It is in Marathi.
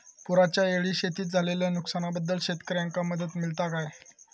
पुराच्यायेळी शेतीत झालेल्या नुकसनाबद्दल शेतकऱ्यांका मदत मिळता काय?